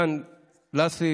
דן לסרי,